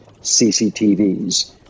CCTVs